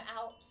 out